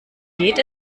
geht